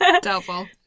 doubtful